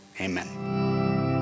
amen